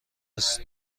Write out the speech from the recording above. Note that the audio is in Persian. است